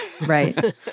right